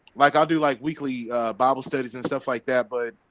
like i'll do like weekly bible studies and stuff like that, but